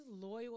loyal